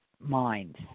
minds